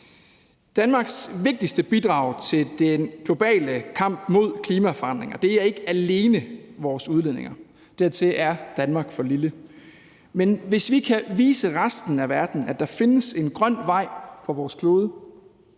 Danmarks vigtigste bidrag til den globale kamp mod klimaforandringerne handler ikke alene om vores udledninger. Dertil er Danmark for lille. Men hvis vi kan vise resten af verden, at der findes en grøn vej for vores klode,